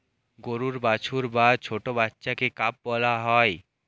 গরুর বাছুর বা ছোট্ট বাচ্ছাকে কাফ বলা হয়